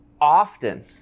often